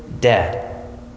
dead